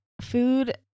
food